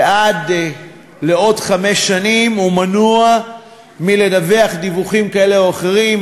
ועד לעוד חמש שנים הוא מנוע מלדווח דיווחים כאלה ואחרים,